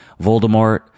Voldemort